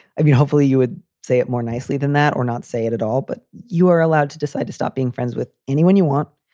i mean, hopefully you would say it more nicely than that or not say it at all. but you are allowed to decide to stop being friends with anyone you want.